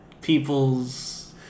people's